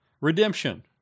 redemption